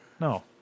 No